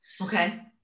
okay